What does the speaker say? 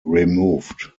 removed